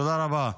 תודה רבה.